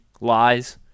lies